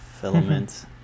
filament